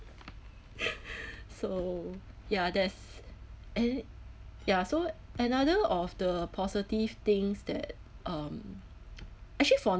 so ya that's and ya so another of the positive things that um actually for